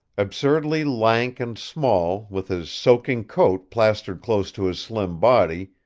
absurdly lank and small, with his soaking coat plastered close to his slim body,